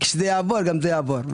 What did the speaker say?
כשזה יעבור גם זה יעבור.